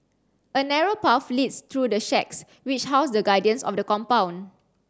a narrow path leads through the shacks which house the guardians of the compound